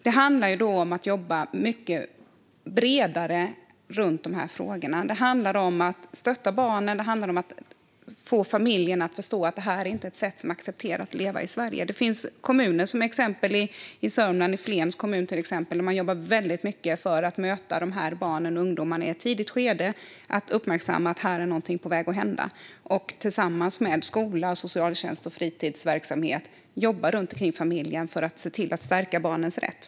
Det handlar om att jobba mycket bredare runt frågorna. Man kan stötta barnen och få familjen att förstå att detta inte är ett sätt att leva på som är accepterat i Sverige. Det finns kommuner, som exempelvis Flen i Sörmland, där man jobbar väldigt mycket för att möta dessa barn och ungdomar i ett tidigt skede och uppmärksamma att något är på väg att hända. Tillsammans med skola, socialtjänst och fritidsverksamhet kan man jobba runt familjen för att stärka barnens rätt.